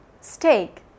Steak